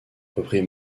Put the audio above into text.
reprit